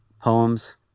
poems